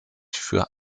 für